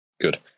Good